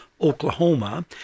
Oklahoma